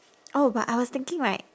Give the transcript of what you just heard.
oh but I was thinking right